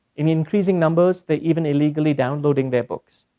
in increasing numbers that even illegally downloading their books.